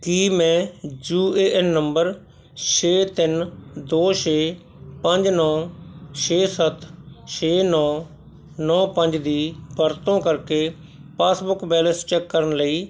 ਕੀ ਮੈਂ U A N ਨੰਬਰ ਛੇ ਤਿੰਨ ਦੋ ਛੇ ਪੰਜ ਨੌ ਛੇ ਸੱਤ ਛੇ ਨੌ ਨੌ ਪੰਜ ਦੀ ਵਰਤੋਂ ਕਰਕੇ ਪਾਸਬੁੱਕ ਬੈਲੰਸ ਚੈੱਕ ਕਰਨ ਲਈ